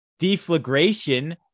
Deflagration